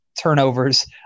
turnovers